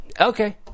Okay